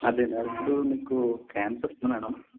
అదే అదే ఇప్పుడు మీకు క్యాన్సర్ ఉంది మేడం